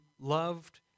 loved